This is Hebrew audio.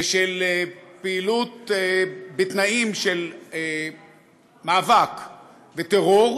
של פעילות בתנאים של מאבק וטרור,